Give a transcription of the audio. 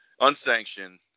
Unsanctioned